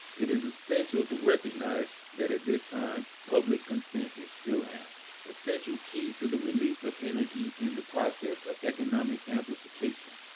it is essential to recognize that at this time, public consent is still an essential key to the release of energy in the process of economic amplification.